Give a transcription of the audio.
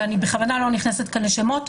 ואני בכוונה לא נכנסת כאן לשמות,